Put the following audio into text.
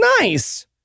Nice